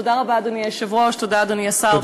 תודה רבה, אדוני היושב-ראש, תודה, אדוני השר.